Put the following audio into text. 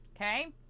Okay